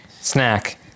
snack